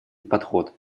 подход